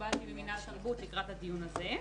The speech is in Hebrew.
שקיבלתי ממינהל תרבות לקראת הדיון הזה.